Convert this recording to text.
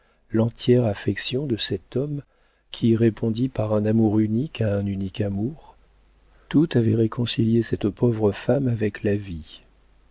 charles l'entière affection de cet homme qui répondit par un amour unique à un unique amour tout avait réconcilié cette pauvre femme avec la vie